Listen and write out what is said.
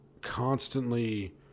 constantly